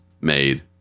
made